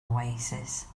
oasis